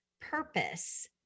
purpose